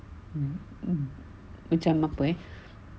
macam apa eh